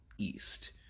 East